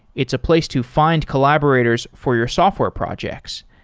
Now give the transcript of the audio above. it's a place to find collaborators for your software projects.